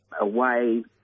Away